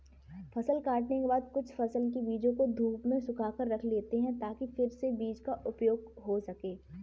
फसल काटने के बाद कुछ फसल के बीजों को धूप में सुखाकर रख लेते हैं ताकि फिर से बीज का उपयोग हो सकें